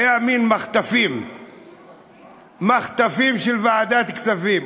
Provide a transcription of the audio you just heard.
היו מין מחטפים של ועדת הכספים.